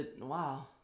Wow